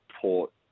Port